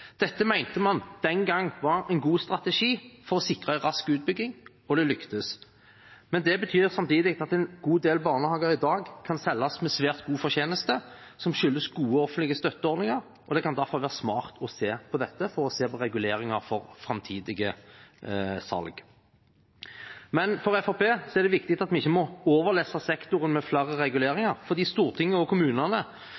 Dette mente man den gangen var en god strategi for å sikre en rask utbygging, og det lyktes. Men det betyr samtidig at en god del barnehager i dag kan selges med svært god fortjeneste, som skyldes gode offentlige støtteordninger, og det kan derfor være smart å se på dette for å se på reguleringer for framtidige salg. For Fremskrittspartiet er det viktig at vi ikke må overlesse sektoren med flere